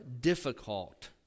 difficult